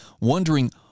wondering